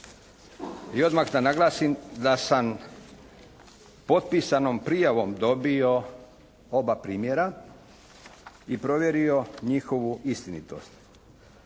i odmah da naglasim da sam potpisanom prijavom dobio oba primjera i provjerio njihovu istinitost.